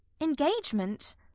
engagement